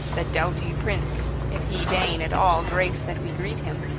the doughty prince, if he deign at all grace that we greet him,